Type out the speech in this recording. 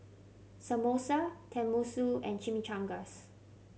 Samosa Tenmusu and Chimichangas